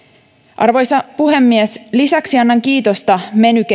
arvoisa puhemies lisäksi annan kiitosta